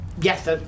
yes